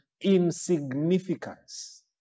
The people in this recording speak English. insignificance